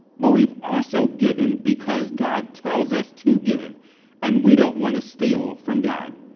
but we've also given because god tells us to give and we don't wanna steal from god.